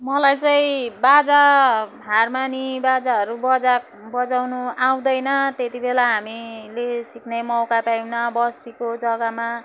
मलाई चाहिँ बाजा हारमोनी बाजाहरू बजा बजाउनु आउँदैन त्यति बेला हामीले सिक्ने मौका पाएनौँ बस्तीको जग्गामा